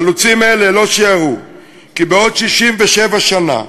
חלוצים אלה לא שיערו כי כעבור 67 שנה,